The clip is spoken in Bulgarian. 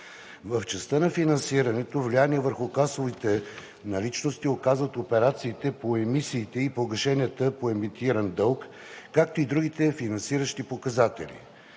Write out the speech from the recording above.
В частта на финансирането влияние върху касовите наличности оказват операциите по емисиите и погашенията по емитиран дълг, както и другите финансиращи показатели.